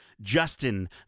justin